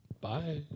Bye